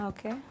Okay